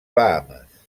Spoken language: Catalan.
bahames